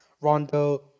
Rondo